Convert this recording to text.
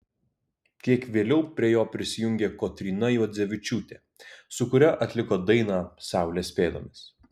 kiek vėliau prie jo prisijungė kotryna juodzevičiūtė su kuria atliko dainą saulės pėdomis